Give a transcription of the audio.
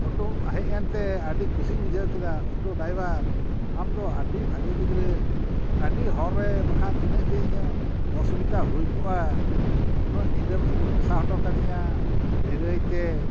ᱚᱴᱳᱢ ᱦᱮᱡ ᱮᱱᱛᱮ ᱟᱹᱰᱤ ᱠᱩᱥᱤᱧ ᱵᱩᱡᱷᱟᱹᱣ ᱠᱮᱫᱟ ᱚᱴᱳ ᱰᱟᱭᱵᱟᱨ ᱟᱢᱫᱚ ᱟᱹᱰᱤ ᱵᱷᱟᱜᱮ ᱜᱤᱫᱽᱨᱟᱹ ᱟᱹᱰᱤ ᱦᱚᱨ ᱨᱮ ᱵᱟᱠᱷᱟᱱ ᱛᱤᱱᱟᱹᱜ ᱡᱮ ᱤᱧᱟᱹᱜ ᱚᱥᱩᱵᱤᱫᱷᱟ ᱦᱩᱭ ᱠᱚᱜᱼᱟ ᱩᱱᱟᱹᱜ ᱧᱤᱫᱟᱹᱢ ᱟᱹᱜᱩ ᱴᱮᱥᱟᱣ ᱦᱚᱴᱚ ᱠᱟᱫᱤᱧᱟ ᱱᱤᱨᱟᱹᱭ ᱛᱮ